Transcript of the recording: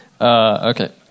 Okay